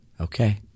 Okay